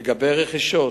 לגבי רכישות,